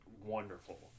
wonderful